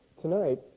Tonight